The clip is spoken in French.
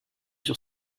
sur